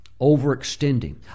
Overextending